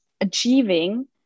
achieving